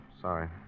sorry